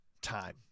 time